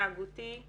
התנהגותי,